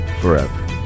forever